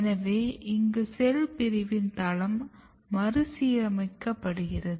எனவே இங்கு செல் பிரிவின் தளம் மறுசீரமைக்கப்படுகிறது